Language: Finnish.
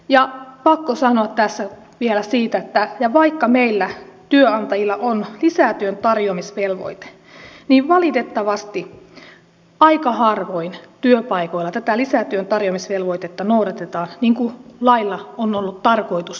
on pakko sanoa tässä vielä siitä että vaikka meillä työnantajilla on lisätyön tarjoamisvelvoite niin valitettavasti aika harvoin työpaikoilla tätä lisätyön tarjoamisvelvoitetta noudatetaan niin kuin lailla on ollut tarkoitus turvata tämä